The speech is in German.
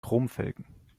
chromfelgen